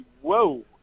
whoa